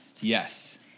Yes